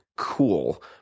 cool